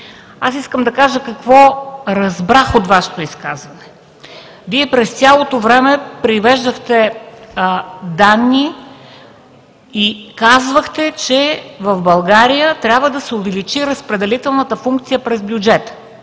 Искам да кажа какво разбрах от Вашето изказване. През цялото време Вие привеждахте данни и казвахте, че в България трябва да се увеличи разпределителната функция през бюджета,